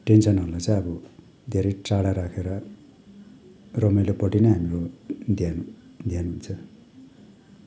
टेन्सनहरूलाई चाहिँ अब धेरै टाढा राखेर रमाइलोपट्टि नै हाम्रो ध्यान ध्यान हुन्छ